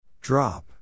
Drop